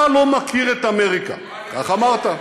אתה לא מכיר את אמריקה, כך אמרת.